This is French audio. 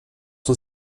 son